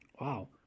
Wow